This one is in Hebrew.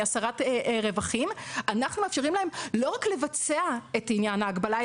יצירת רווחים לא רק לבצע את עניין ההגבלה,